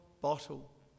bottle